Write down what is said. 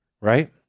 Right